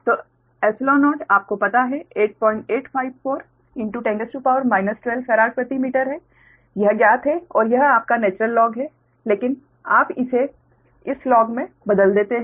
तो 𝜖0 आपको पता है 8854 10 12 फेराड प्रति मीटर है यह ज्ञात है और यह आपका नेचुरल लॉग है लेकिन आप इसे इस लॉग में बदल देते हैं